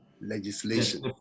legislation